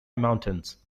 mountains